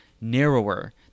narrower